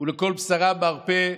"ולכל בשרו מרפא",